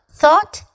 thought